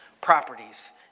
properties